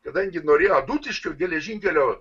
kadangi norėjo adutiškio geležinkelio